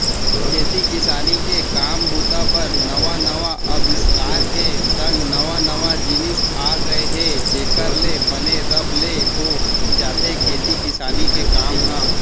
खेती किसानी के काम बूता बर नवा नवा अबिस्कार के संग नवा नवा जिनिस आ गय हे जेखर ले बने रब ले हो जाथे खेती किसानी के काम ह